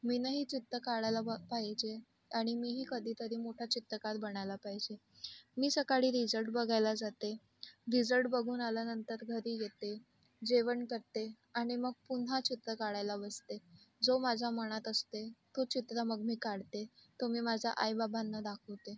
मीनंही चित्र काढायला बघ पाहिजे आणि मीही कधीतरी मोठा चित्रकार बनायला पाहिजे मी सकाळी रिजल्ट बघायला जाते रिजल्ट बघून आल्यानंतर घरी येते जेवण करते आणि मग पुन्हा चित्र काढायला बसते जो माझा मनात असते तो चित्र मग मी काढते तो मी माझा आईबाबांना दाखवते